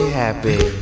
happy